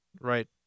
right